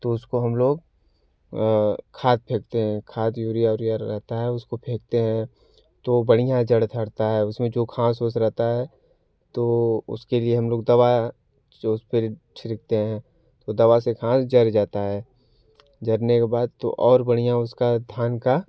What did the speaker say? तो उसको हम लोग खाद फेकते हैं खाद यूरिया उरिया रहता है उसको फेकते हैं तो बढ़िया जड़ धरता है उसमें जो घास उस रहता है तो उसके लिए हम लोग दवा जो उस पर छिड़कते हैं तो दवा से घास जर जाता है जरने के बाद तो और बढ़िया उसका धान का